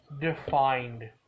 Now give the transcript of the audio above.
defined